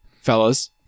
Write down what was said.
fellas